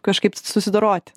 kažkaip susidoroti